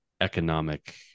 economic